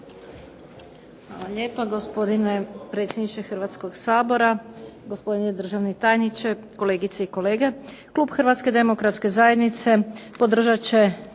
Hvala lijepa gospodine predsjedniče Hrvatskog sabora, gospodine državni tajniče, kolegice i kolege. Klub Hrvatske demokratske zajednice podržat